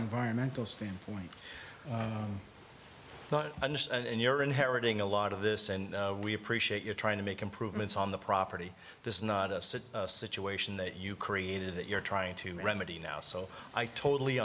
environmental standpoint in your inheriting a lot of this and we appreciate your trying to make improvements on the property this is not a city situation that you created that you're trying to remedy now so i totally